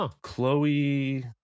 Chloe